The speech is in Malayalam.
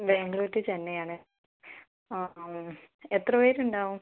ബാംഗ്ലൂർ ടു ചെന്നൈ ആണ് ആ ആണോ എത്ര പേരുണ്ടാവും